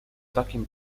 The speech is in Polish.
takim